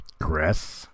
Gress